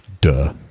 Duh